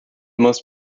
most